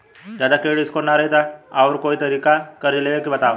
जदि credit score ना रही त आऊर कोई तरीका कर्जा लेवे के बताव?